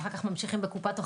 ממשיכים בקופת החולים,